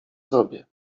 zrobię